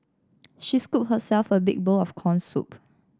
she scooped herself a big bowl of corn soup